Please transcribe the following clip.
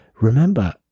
Remember